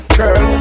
girl